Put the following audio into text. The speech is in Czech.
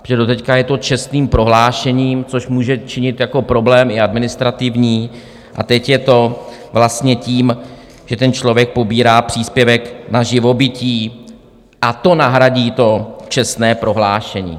Protože doteď je to čestným prohlášením, což může činit jako problém i administrativní, a teď je to vlastně tím, že ten člověk pobírá příspěvek na živobytí, a to nahradí to čestné prohlášení.